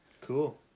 Cool